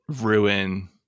ruin